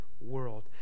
world